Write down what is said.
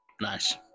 Nice